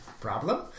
problem